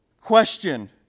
Question